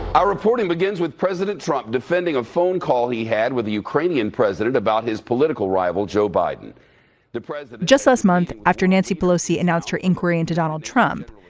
our reporting begins with president trump defending a phone call he had with the ukrainian president about his political rival joe biden the president just this month after nancy pelosi announced her inquiry into donald trump.